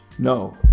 No